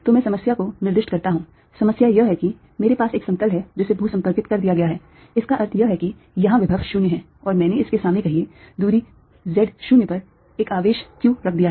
तो मैं समस्या को निर्दिष्ट करता हूं समस्या यह है कि मेरे पास एक समतल है जिसे भू संपर्कित कर दिया गया है इसका अर्थ यह है कि यहां विभव 0 है और मैंने इसके सामने कहिए दूरी z 0 पर एक आवेश q रख दिया है